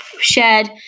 shared